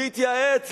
להתייעץ,